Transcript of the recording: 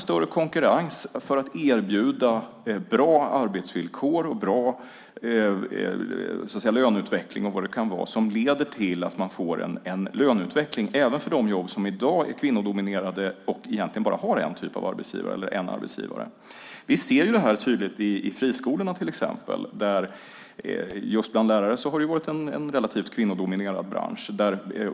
Större konkurrens gör att man erbjuder bra arbetsvillkor och leder till bra löneutveckling, även för de jobb som i dag är kvinnodominerade och egentligen bara har en arbetsgivare. Vi ser det här tydligt till exempel i friskolorna. Läraryrket har varit en relativt kvinnodominerad bransch.